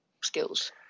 skills